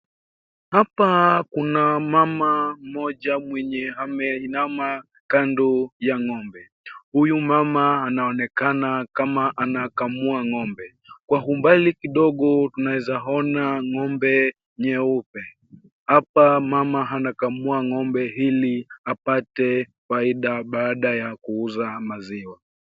Hapa kuna mama mmoja mwenye ameinama kando ya ngo'mbe. Huyu mama anaonekana kama anakamua ngo'mbe. Kwa umbali kidogo tunaeza ona ngo'mbe nyeupe. Hapa mama anakamua ngo'mbe ili apate faida baada ya kuuza maziwa.